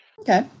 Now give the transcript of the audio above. Okay